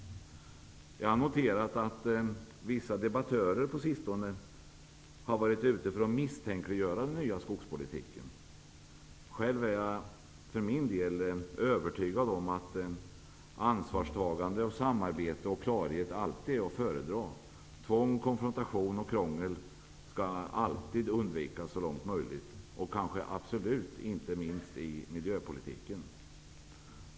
Jag har noterat att vissa debattörer på sistone har varit ute för att misstänkliggöra den nya skogspolitiken. Själv är jag dock övertygad om att ansvarstagande, samarbete och klarhet alltid är att föredra. Tvång, konfrontation och krångel skall alltid undvikas så långt möjligt, inte minst i miljöpolitiken.